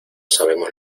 sabemos